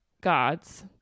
gods